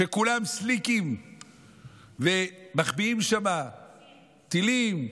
שכולם סליקים ומחביאים שם טילים,